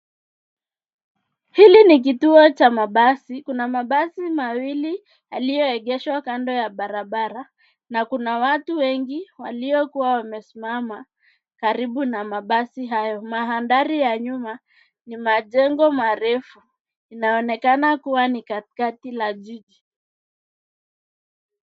Hili ni kituo cha mabasi. Kuna mabasi mawili yaliyoegeshwa kando ya barabara na kuna watu wengi waliokuwa wamesimama karibu na mabasi hayo. Mandhari ya nyuma ni majengo marefu. Inaonekana kuwa ni katikati la jiji.